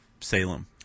Salem